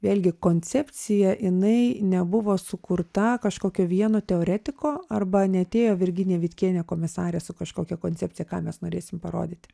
vėlgi koncepcija jinai nebuvo sukurta kažkokio vieno teoretiko arba neatėjo virginija vitkienė komisarė su kažkokia koncepcija ką mes norėsim parodyti